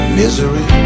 misery